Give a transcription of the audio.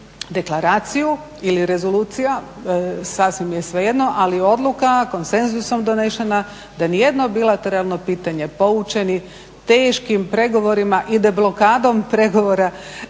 deklaraciju ili rezolucija sasvim je svejedno, ali odluka konsenzusom donešena da ni jedno bilateralno pitanje poučeni teškim pregovorima i deblokadom pregovora u slučaju